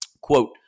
Quote